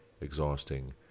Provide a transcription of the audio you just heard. exhausting